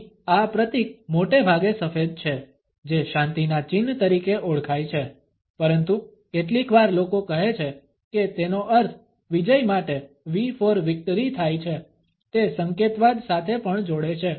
અહીં આ પ્રતીક મોટે ભાગે સફેદ છે જે શાંતિના ચિહ્ન તરીકે ઓળખાય છે પરંતુ કેટલીકવાર લોકો કહે છે કે તેનો અર્થ વિજય માટે V ફોર વિકટરી થાય છે તે સંકેતવાદ સાથે પણ જોડે છે